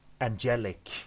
angelic